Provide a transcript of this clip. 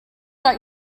out